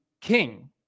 king